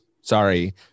sorry